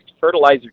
fertilizer